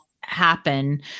happen